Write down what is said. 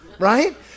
right